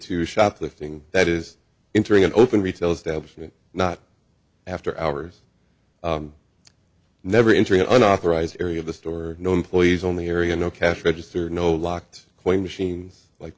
to shoplifting that is entering an open retail establishment not after hours never injury unauthorized area of the store no employees only area no cash register no locked coin machines like